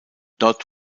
dort